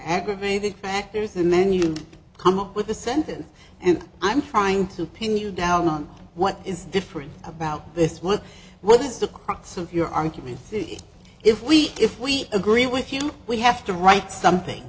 aggravated actors and then you come up with a sentence and i'm trying to pin you down on what is different about this one what is the crux of your argument see if we if we agree with you we have to write something